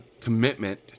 commitment